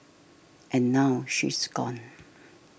and now she is gone